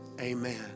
Amen